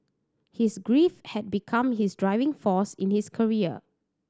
his grief had become his driving force in his career